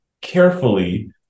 carefully